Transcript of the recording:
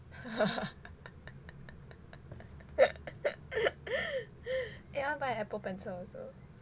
eh I wanna buy Apple pencil also